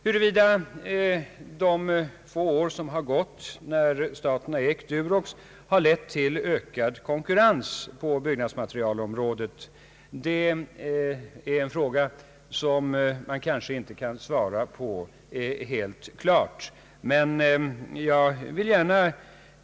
Huruvida statens innehav av Durox under några få år har lett till ökad konkurrens på byggnadsmaterialområdet kan man kanske inte helt fastställa.